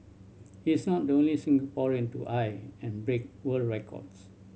he is not the only Singaporean to eye and break world records